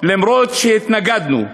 למרות שהתנגדנו,